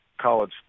college